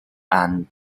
and